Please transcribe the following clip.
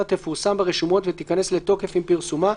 תפורסם ברשומות ותיכנס לתוקף עם פרסומה,